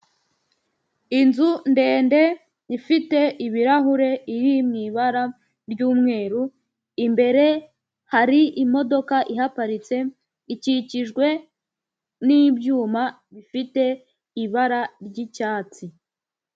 Inzu ndende, ifite ibirahure, iri mu ibara ry'umweru, imbere hari imodoka ihaparitse, ikikijwe n'ibyuma bifite ibara ry'icyatsi.